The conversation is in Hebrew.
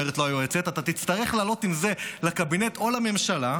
אתה תצטרך לעלות עם זה לקבינט או לממשלה,